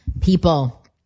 people